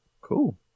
cool